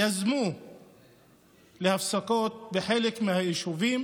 יזמו הפסקות בחלק מהיישובים,